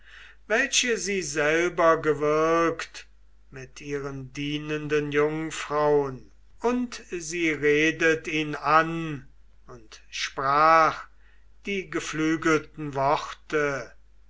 welche sie selber gewirkt mit ihren dienenden jungfraun und sie redet ihn an und sprach die geflügelten worte